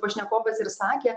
pašnekovas ir sakė